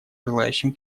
желающим